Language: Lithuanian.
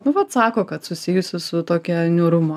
nu vat sako kad susijusi su tokia niūruma